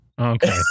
Okay